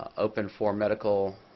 open for medical